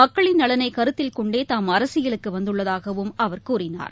மக்களின் நலனை கருத்தில் கொண்டே தாம் அரசியலுக்கு வந்துள்ளதாகவும் அவர் கூறினார்